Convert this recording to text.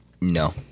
No